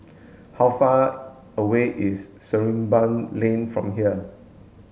how far away is Sarimbun Lane from here